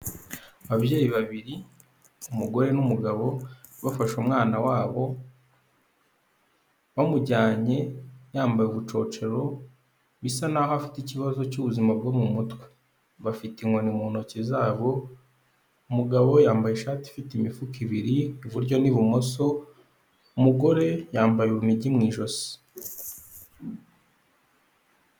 Ababyeyi babiri umugore n'umugabo, bafashe umwana wabo, bamujyanye yambaye ubucocero, bisa n'aho afite ikibazo cy'ubuzima bwo mu mutwe. Bafite inkoni mu ntoki zabo, umugabo yambaye ishati ifite imifuka ibiri iburyo n'ibumoso, umugore yambaye urunigi mu ijosi.